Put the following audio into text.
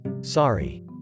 Sorry